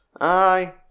aye